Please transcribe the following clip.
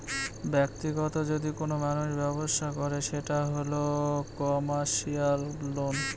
ব্যাক্তিগত যদি কোনো মানুষ ব্যবসা করে সেটা হল কমার্সিয়াল লোন